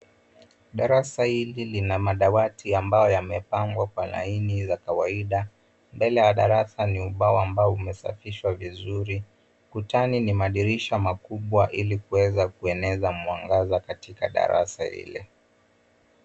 Darasa hili lina madawati ambayo yamepangwa kwa laini za kawaida. Mbele ya darasa ni ubao ambao umesafishwa vizuri. Ukutani ni madirisha makubwa ili kuweza kueneza mwangaza katika darasa ile.